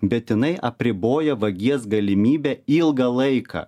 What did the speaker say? bet jinai apriboja vagies galimybę ilgą laiką